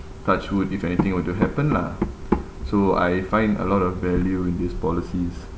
touch wood if anything were to happen lah so I find a lot of value in these policies